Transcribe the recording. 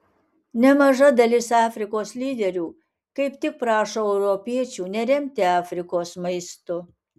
nemaža dalis afrikos lyderių kaip tik prašo europiečių neremti afrikos maistu